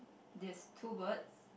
there's two words